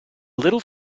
little